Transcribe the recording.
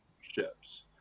ships